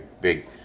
big